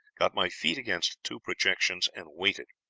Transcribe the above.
got my feet against two projections, and waited.